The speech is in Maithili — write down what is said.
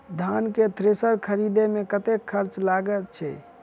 धान केँ थ्रेसर खरीदे मे कतेक खर्च लगय छैय?